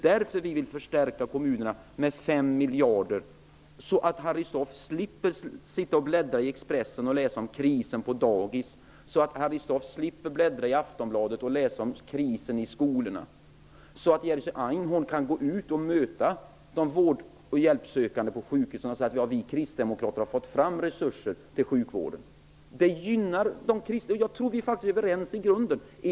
Därför vill vi förstärka kommunerna med 5 miljarder, så att Harry Staaf slipper sitta och bläddra i Expressen och läsa om krisen på dagis och slipper sitta och bläddra i Aftonbladet och läsa om krisen i skolorna och så att Jerzy Einhorn kan möta de vård och hjälpsökande på sjukhusen och säga att vi kristdemokrater har fått fram resurser till sjukvården. Jag tror vi är överens i grunden.